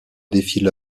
défilent